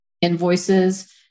invoices